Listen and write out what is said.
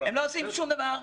הם לא עושים שום דבר,